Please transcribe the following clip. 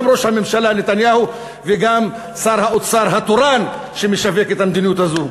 גם ראש הממשלה נתניהו וגם שר האוצר התורן שמשווק את המדיניות הזאת.